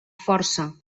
força